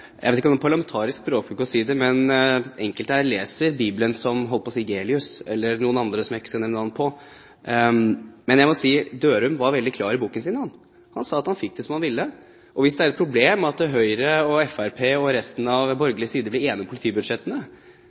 Jeg vet ikke om det er parlamentarisk språkbruk å si det, men enkelte her leser Bibelen som – jeg holdt på å si – Gelius, eller noen andre som jeg ikke skal nevne navnet på. Men jeg må si: Dørum var veldig klar i boken sin, han, han sa at han fikk det som han ville. Og hvis det er et problem at Høyre, Fremskrittspartiet og resten av